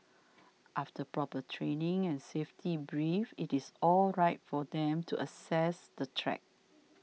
after proper training and safety brief it is all right for them to access the track